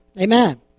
amen